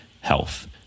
health